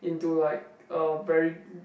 into like a very